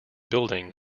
building